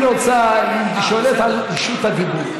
רק היא רוצה, היא שואלת על רשות הדיבור.